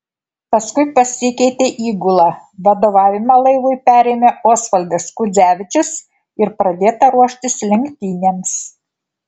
paskui pasikeitė įgula vadovavimą laivui perėmė osvaldas kudzevičius ir pradėta ruoštis lenktynėms